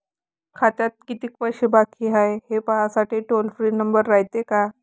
खात्यात कितीक पैसे बाकी हाय, हे पाहासाठी टोल फ्री नंबर रायते का?